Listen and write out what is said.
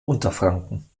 unterfranken